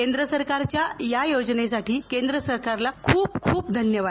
केंद्र सरकारच्या या योजनेसाठी केंद्र सरकारला खूप खूप धन्यवाद